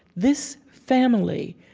this family,